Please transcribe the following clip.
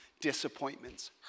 disappointments